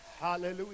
Hallelujah